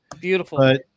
Beautiful